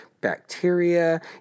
bacteria